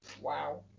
wow